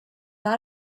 not